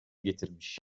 getirmiş